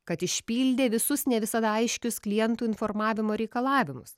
kad išpildė visus ne visada aiškius klientų informavimo reikalavimus